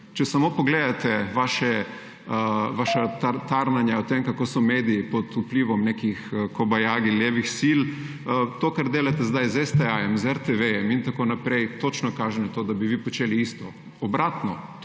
Če samo pogledate vaša tarnanja o tem, kako so mediji pod vplivom nekih kobajagi levih sil, to, kar delate zdaj s STA, z RTV in tako naprej, točno kaže na to, da bi vi počeli isto.